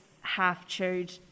half-chewed